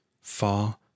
far